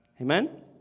Amen